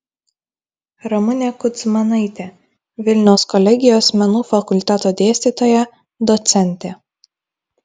ramunė kudzmanaitė vilniaus kolegijos menų fakulteto dėstytoja docentė